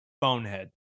bonehead